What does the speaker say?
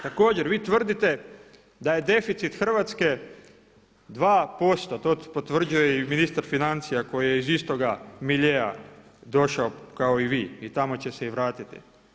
Dakle, također vi tvrdite da je deficit Hrvatske 2%, to potvrđuje i ministar financija koji je iz istog miljea došao kao i vi i tamo će se i vratiti.